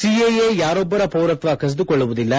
CAA ಯಾರೊಬ್ಬರ ಪೌರತ್ವ ಕಸಿದುಕೊಳ್ಳುವುದಿಲ್ಲ